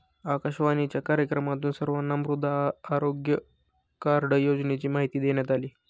आकाशवाणीच्या कार्यक्रमातून सर्वांना मृदा आरोग्य कार्ड योजनेची माहिती देण्यात आली